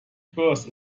burst